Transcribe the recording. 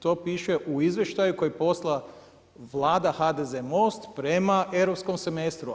To piše u izvještaju koji je poslala Vlada HDZ-e Most prema europskom semestru.